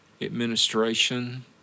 administration